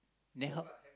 then how